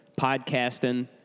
podcasting